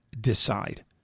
decide